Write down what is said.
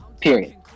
period